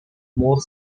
more